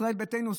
ישראל ביתנו.